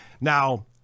Now